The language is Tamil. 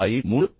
இது 10